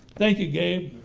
thank you, gabe.